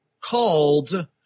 called